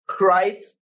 Right